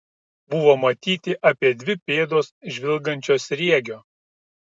buvo matyti apie dvi pėdos žvilgančio sriegio